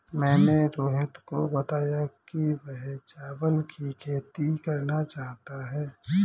मैंने रोहित को बताया कि वह चावल की खेती करना चाहता है